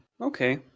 okay